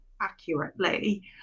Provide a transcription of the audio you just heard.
accurately